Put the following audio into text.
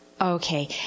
Okay